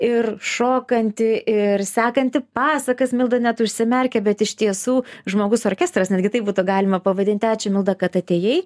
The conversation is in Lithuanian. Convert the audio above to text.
ir šokanti ir sekanti pasakas milda net užsimerkė bet iš tiesų žmogus orkestras netgi tai būtų galima pavadinti ačiū milda kad atėjai